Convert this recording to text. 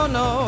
no